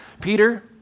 Peter